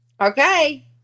Okay